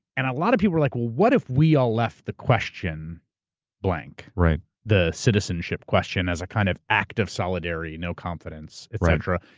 and a lot of people were like, well, what if we all left the question blank? the citizenship question as a kind of act of solidarity, no confidence, etc.